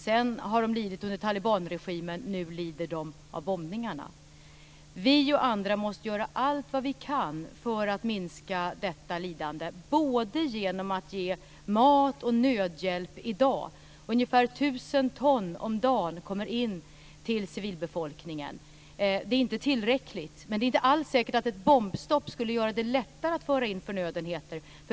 Sedan har den lidit under talibanregimen. Nu lider den av bombningarna. Vi och andra måste göra allt vi kan för att minska detta lidande, t.ex. genom att ge mat och nödhjälp. Ungefär 1 000 ton om dagen kommer in till civilbefolkningen. Det är inte tillräckligt, men det är inte alls säkert att ett bombstopp skulle göra det lättare att föra in förnödenheter.